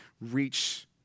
reach